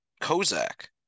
Kozak